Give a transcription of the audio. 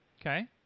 Okay